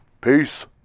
Peace